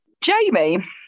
Jamie